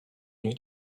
nich